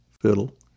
fiddle